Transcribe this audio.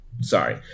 sorry